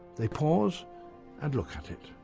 they pause and look at it.